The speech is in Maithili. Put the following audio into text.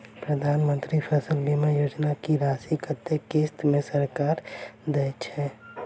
प्रधानमंत्री फसल बीमा योजना की राशि कत्ते किस्त मे सरकार देय छै?